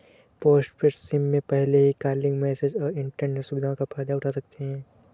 postpaid SIM में पहले ही कॉलिंग, मैसेजस और इन्टरनेट सुविधाओं का फायदा उठा सकते हैं